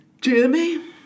Jimmy